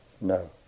no